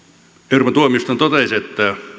euroopan tuomioistuin totesi että